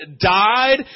died